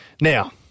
Now